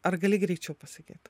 ar gali greičiau pasakyt